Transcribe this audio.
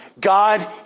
God